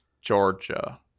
Georgia